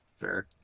Fair